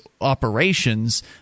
operations